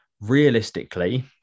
realistically